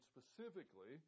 specifically